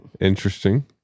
Interesting